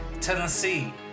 Tennessee